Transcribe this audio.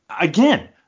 again